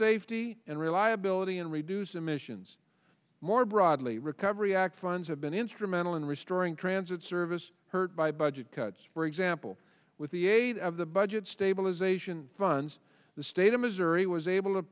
safety and reliability and reduce emissions more broadly recovery act funds have been instrumental in restoring transit service hurt by budget cuts for example with the aid of the budget stabilization funds the state of missouri was able to